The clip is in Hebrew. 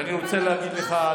ואני רוצה להגיד לך,